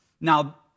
Now